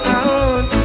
out